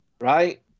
right